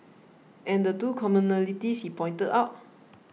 and the two commonalities he pointed out